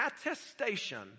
attestation